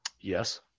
Yes